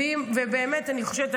ובאמת אני חושבת,